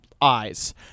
eyes